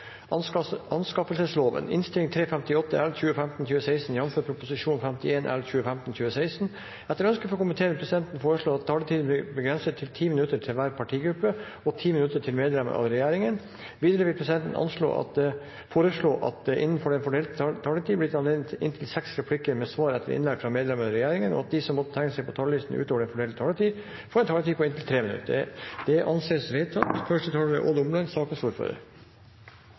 vil presidenten foreslå at taletiden blir begrenset til 5 minutter til hver partigruppe og 5 minutter til medlem av regjeringen. Videre vil presidenten foreslå at det – innenfor den fordelte taletid – gis anledning til fem replikker med svar etter innlegg fra medlemmer av regjeringen, og at de som måtte tegne seg på talerlisten utover den fordelte taletid, får en taletid på inntil 3 minutter. – Det anses vedtatt.